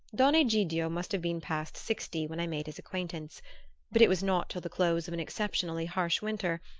don egidio must have been past sixty when i made his acquaintance but it was not till the close of an exceptionally harsh winter,